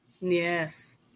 Yes